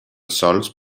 sols